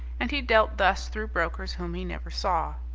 and he dealt thus through brokers whom he never saw.